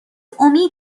امید